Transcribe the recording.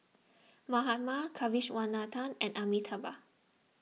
Mahatma Kasiviswanathan and Amitabh